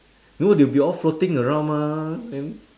no they will be all floating around mah then